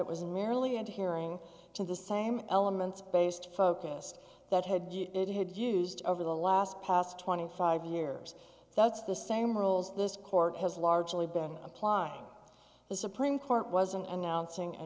it was merely a hearing to the same elements based focused that had it had used over the last past twenty five years that's the same rules this court has largely been applying the supreme court was announcing a